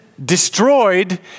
destroyed